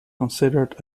considered